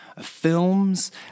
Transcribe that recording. films